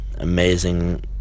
amazing